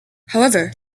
however